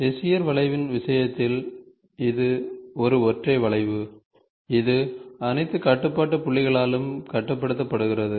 Bezier வளைவின் விஷயத்தில் இது ஒரு ஒற்றை வளைவு இது அனைத்து கட்டுப்பாட்டு புள்ளிகளாலும் கட்டுப்படுத்தப்படுகிறது